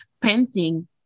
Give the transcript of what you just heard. painting